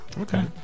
Okay